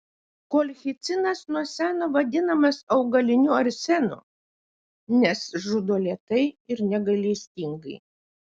kolchicinas nuo seno vadinamas augaliniu arsenu nes žudo lėtai ir negailestingai